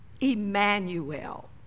Emmanuel